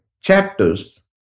chapters